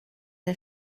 der